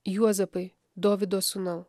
juozapai dovydo sūnau